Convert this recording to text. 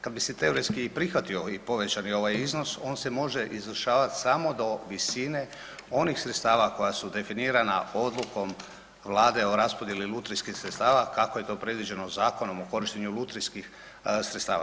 Kad bi se teoretski i prihvatio i povećani ovaj iznos on se može izvršavat samo do visine onih sredstava koja su definirana odlukom vlade o raspodjeli lutrijskih sredstava, kako je to predviđeno Zakonom o korištenju lutrijskih sredstava.